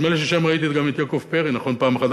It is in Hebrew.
נדמה לי ששם ראיתי גם את יעקב פרי פעם אחת.